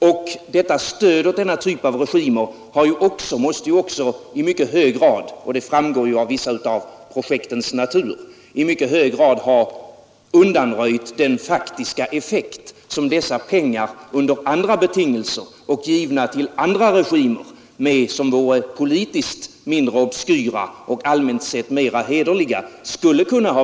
Stödet till denna typ av regimer måste också — och det framgår av vissa av projektens natur — i mycket hög grad ha undanröjt den faktiska effekt som dessa pengar skulle ha kunnat få under andra betingelser och givna till andra regimer som vore politiskt mindre obskyra och allmänt sett mera hederliga.